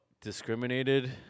discriminated